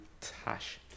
Tash